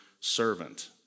servant